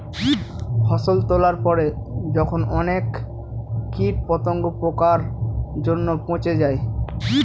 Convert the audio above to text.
ফসল তোলার পরে যখন অনেক কীট পতঙ্গ, পোকার জন্য পচে যায়